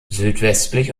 südwestlich